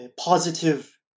Positive